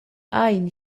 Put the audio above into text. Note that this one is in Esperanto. ajn